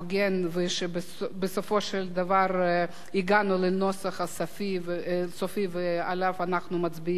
ובסופו של דבר הגענו לנוסח הסופי שעליו אנחנו מצביעים היום.